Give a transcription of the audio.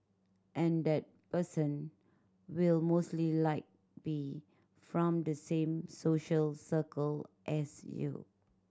and that person will mostly like be from the same social circle as you